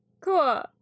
Cool